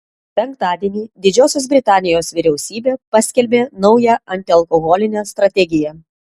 penktadienį didžiosios britanijos vyriausybė paskelbė naują antialkoholinę strategiją